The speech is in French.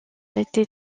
été